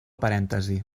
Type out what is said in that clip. parèntesi